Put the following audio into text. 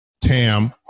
Tam